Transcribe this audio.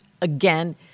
again